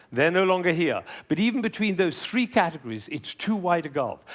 they're no longer here. but even between those three categories, it's too wide a gulf.